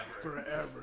Forever